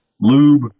lube